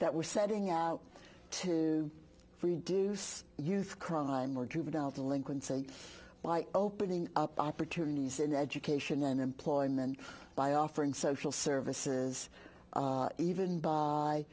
that we're setting out to reduce youth crime or juvenile delinquency by opening up opportunities in education and employment by offering social services even